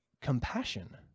compassion